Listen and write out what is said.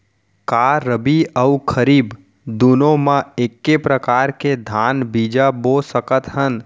का रबि अऊ खरीफ दूनो मा एक्के प्रकार के धान बीजा बो सकत हन?